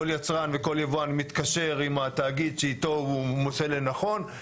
כל יצרן וכל יבואן מתקשר עם התאגיד שאיתו הוא מוצא לנכון.